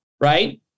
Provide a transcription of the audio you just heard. right